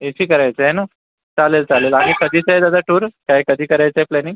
AC करायचं आहे नं चालेल चालेल आणि कधीचा आहे दादा टूर काय कधी करायचं आहे प्लॅनिंग